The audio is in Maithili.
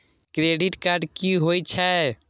क्रेडिट कार्ड की होई छै?